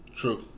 True